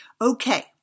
Okay